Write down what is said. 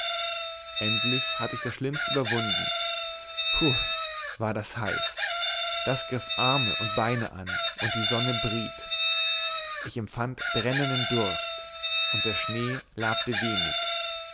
endlich hatte ich das schlimmste überwunden puh war das heiß das griff arme und beine an und die sonne briet ich empfand brennenden durst und der schnee labte wenig